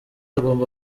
agomba